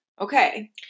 Okay